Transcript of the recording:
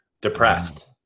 depressed